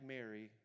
Mary